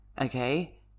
Okay